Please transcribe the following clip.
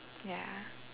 ya